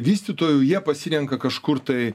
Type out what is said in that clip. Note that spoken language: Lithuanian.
vystytojų jie pasirenka kažkur tai